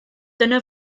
dyna